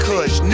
Kush